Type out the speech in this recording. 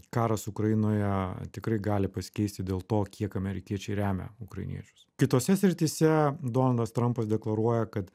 karas ukrainoje tikrai gali pasikeisti dėl to kiek amerikiečiai remia ukrainiečius kitose srityse donaldas trampas deklaruoja kad